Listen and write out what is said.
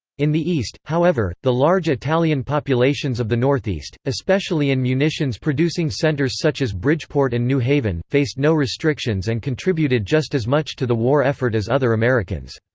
in the east, however, the large italian populations of the northeast, especially in munitions-producing centers such as bridgeport and new haven, faced no restrictions and contributed just as much to the war effort as other americans.